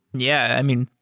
yeah. mean,